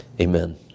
amen